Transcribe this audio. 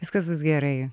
viskas bus gerai